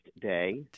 day